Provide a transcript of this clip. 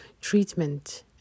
treatment